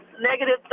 negative